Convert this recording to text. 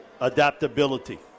adaptability